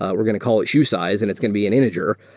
ah we're going to call it shoe size and it's can be an integer,